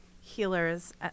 healers